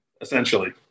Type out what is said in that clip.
Essentially